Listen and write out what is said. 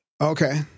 Okay